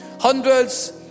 hundreds